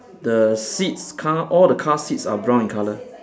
the seats car all the car seats are brown in color